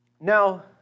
Now